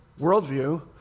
worldview